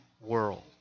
world